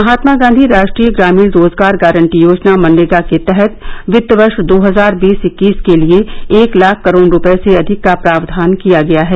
महात्मा गांधी राष्ट्रीय ग्रामीण रोजगार गारंटी योजना मनरेगा के तहत वित्त वर्ष दो हजार बीस इक्कीस के लिए एक लाख करोड रुपये से अधिक का प्रावधान किया गया है